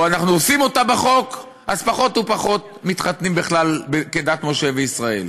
או אנחנו עושים אותה בחוק אז פחות ופחות מתחתנים בכלל כדת משה וישראל,